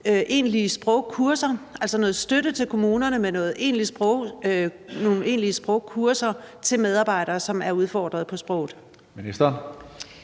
egentlige sprogkurser, altså at der gives noget støtte til kommunerne i form af egentlige sprogkurser til medarbejdere, som er udfordret på sproget. Kl.